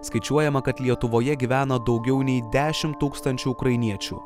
skaičiuojama kad lietuvoje gyvena daugiau nei dešim tūkstančių ukrainiečių